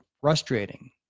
frustrating